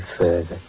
further